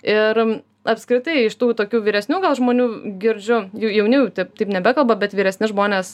ir apskritai iš tų tokių vyresnių žmonių girdžiu jauni taip taip nebekalba bet vyresni žmonės